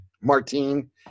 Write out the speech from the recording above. Martine –